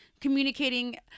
communicating